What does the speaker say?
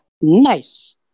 Nice